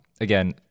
again